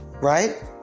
right